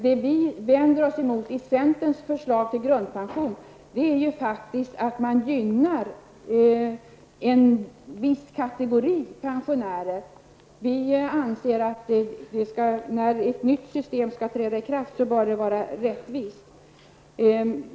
Det vi vänder oss emot i centerns förslag till grundpension är förhållandet att det gynnar en viss kategori pensionärer. Vi anser att när ett nytt system skall träda i kraft bör det vara rättvist.